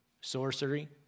sorcery